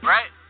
Right